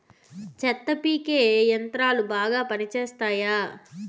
చెత్త పీకే యంత్రాలు బాగా పనిచేస్తాయా?